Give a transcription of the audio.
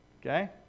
Okay